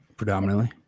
Predominantly